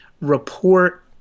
report